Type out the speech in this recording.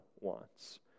wants